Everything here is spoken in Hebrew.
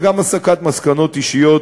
וגם הסקת מסקנות אישיות,